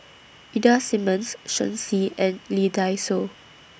Ida Simmons Shen Xi and Lee Dai Soh